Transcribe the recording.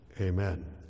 amen